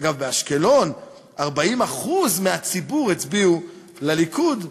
אגב, באשקלון 40% מהציבור הצביעו לליכוד,